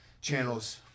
channels